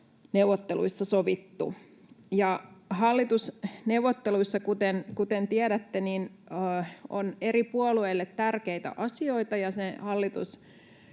hallitusneuvotteluissa sovittu. Hallitusneuvotteluissa, kuten tiedätte, on eri puolueille tärkeitä asioita, ja